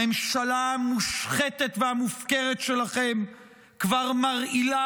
הממשלה המושחתת והמופקרת שלכם כבר מרעילה